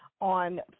On